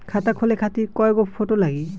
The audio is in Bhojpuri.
खाता खोले खातिर कय गो फोटो लागी?